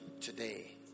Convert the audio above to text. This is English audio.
today